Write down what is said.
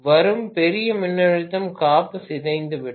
வரும் பெரிய மின்னழுத்தம் காப்பு சிதைந்துவிடும்